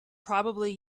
probably